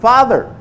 Father